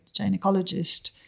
gynecologist